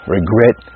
regret